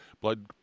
blood